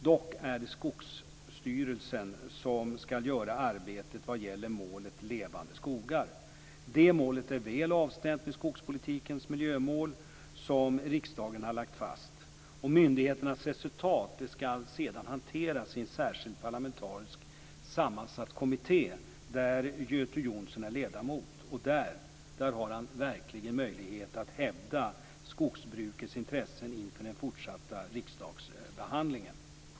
Dock är det Skogsstyrelsen som skall göra arbetet vad gäller målet Levande skogar. Det målet är väl avstämt med skogspolitikens miljömål, som riksdagen har lagt fast. Myndigheternas resultat skall sedan hanteras i en särskild parlamentariskt sammansatt kommitté där Göte Jonsson är ledamot. Där har han verkligen möjlighet att hävda skogsbrukets intressen inför den fortsatta riksdagsbehandlingen.